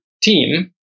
team